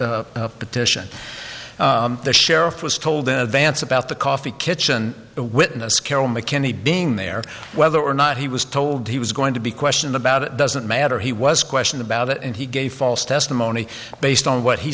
petition the sheriff was told in advance about the coffee kitchen a witness carol mckinney being there whether or not he was told he was going to be about it doesn't matter he was questioned about it and he gave false testimony based on what he